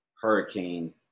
hurricane